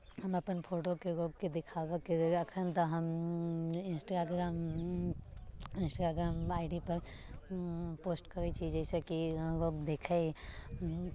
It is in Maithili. हम अपन फोटोके लोकके देखाबयके लिए एखन तऽ हम इन्सटाग्राम इन्सटाग्राम आई डी पर पोस्ट करै छी जाहिसँ कि लोक देखै